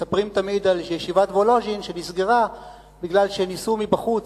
מספרים תמיד על ישיבת וולוז'ין שנסגרה מפני שניסו מבחוץ,